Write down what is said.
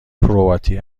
کرواتی